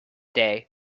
day